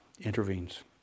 intervenes